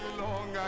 long